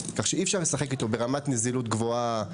כך שאי אפשר לשחק איתו ברמת נזילות גבוהה,